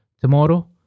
tomorrow